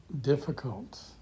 difficult